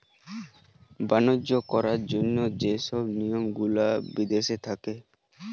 বাণিজ্য করার জন্য যে সব নিয়ম গুলা বিদেশি থাকে